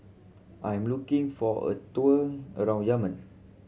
I am looking for a tour around Yemen